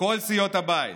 כל סיעות הבית,